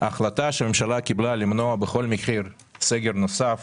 ההחלטה שהממשלה קיבלה למנוע בכל מחיר סגר נוסף